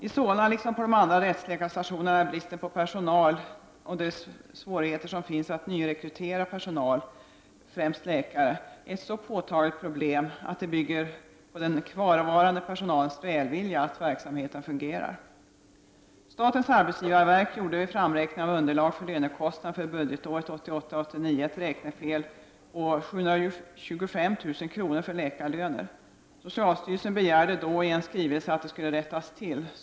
I Solna, liksom på de andra rättsläkarstationerna, är bristen på personal och de svårigheter som finns att nyrekrytera personal, främst läkare, ett så påtagligt problem att det bygger på den kvarvarande personalens välvilja att verksamheten fungerar. Statens arbetsgivarverk gjorde vid framräkningen av underlag för lönekostnader för budgetåret 1988/89 ett räknefel på 725 000 kr. för läkarlöner. Socialstyrelsen begärde då i en skrivelse att det skulle rättas till.